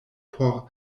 por